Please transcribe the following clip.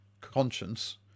conscience